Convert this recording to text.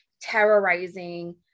terrorizing